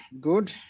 good